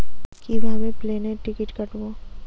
কিভাবে প্লেনের টিকিট কাটব?